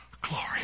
glory